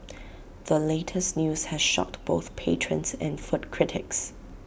the latest news has shocked both patrons and food critics